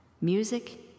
Music